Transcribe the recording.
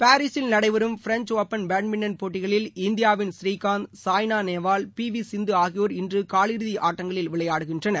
பாரிஸில் நடைபெறும் French open badminton போட்டிகளில் இந்தியாவின் சாய்னாநேவால் பிவிசிந்துஆகியோர் இன்றுகால் இறுதிஆட்டங்களில் விளையாடுகின்றனர்